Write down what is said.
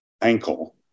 ankle